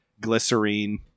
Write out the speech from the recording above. Glycerine